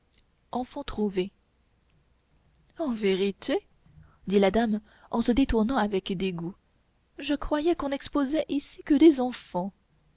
enfants trouvés en vérité dit la dame en se détournant avec dégoût je croyais qu'on n'exposait ici que des enfants